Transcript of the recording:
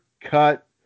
Cut